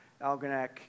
Algonac